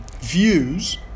views